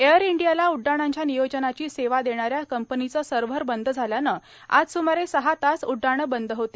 air ईांडयाला उड्डानाच्या नियोजनाची सेवा देणाऱ्या कंपनीचं सव्हर बंद झाल्यानं आज सुमारे सहा तास उड्डानं बंद होती